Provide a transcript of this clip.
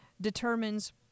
determines